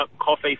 coffee